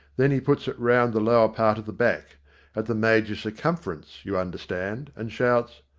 then he puts it round the lower part of the back at the major circumference, you understand and shouts,